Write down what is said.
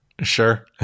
Sure